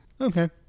Okay